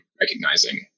Recognizing